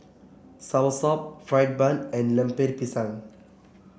Soursop Fried Bun and Lemper Pisang